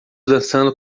dançando